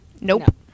Nope